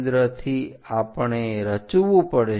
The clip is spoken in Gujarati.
કેન્દ્રથી આપણે રચવું પડશે